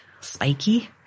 spiky